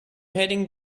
heading